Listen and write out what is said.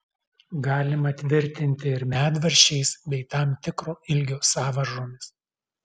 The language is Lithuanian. galima tvirtinti ir medvaržčiais bei tam tikro ilgio sąvaržomis